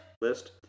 list